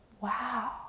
wow